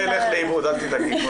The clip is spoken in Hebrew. לא ילך לאיבוד, אל תדאגי.